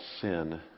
sin